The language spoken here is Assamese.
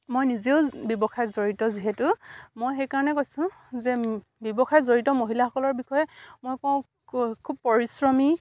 মই নিজেও ব্যৱসায়ত জড়িত যিহেতু মই সেইকাৰণে কৈছোঁ যে ব্যৱসায়ত জড়িত মহিলাসকলৰ বিষয়ে মই কওঁ খুব পৰিশ্ৰমী